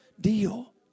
deal